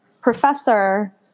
professor